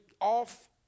off